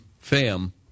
fam